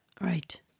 right